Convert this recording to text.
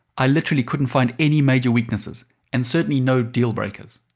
i literally couldn't find any major weaknesses and certainly no deal breakers.